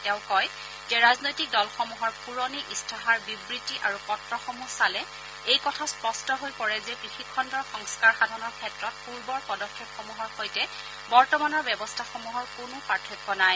তেওঁ কয় যে ৰাজনৈতিক দলসমূহৰ পূৰণি ইস্তাহাৰ বিবৃতি আৰু পত্ৰসমূহ চালে এই কথা স্পষ্ট হৈ পৰে যে কৃষিখণ্ডৰ সংস্থাৰ সাধনৰ ক্ষেত্ৰত পূৰ্বৰ পদক্ষেপসমূহৰ সৈতে বৰ্তমানৰ ব্যৱস্থা সমূহৰ কোনো পাৰ্থক্য নাই